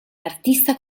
artista